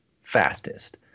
fastest